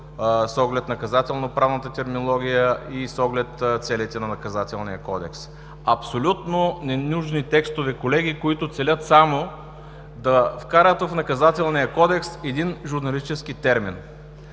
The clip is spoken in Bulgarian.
с оглед наказателно-правната терминология, и с оглед целите на Наказателния кодекс. Абсолютно ненужни текстове, които целят само да вкарат в Наказателния кодекс един журналистически термин.